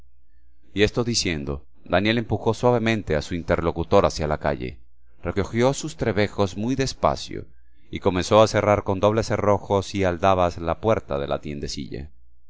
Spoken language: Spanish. y esto diciendo daniel empujó suavemente a su interlocutor hacia la calle recogió sus trebejos muy despacio y comenzó a cerrar con dobles cerrojos y aldabas la puerta de la tiendecilla el